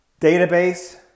database